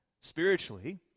Spiritually